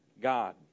God